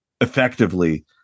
effectively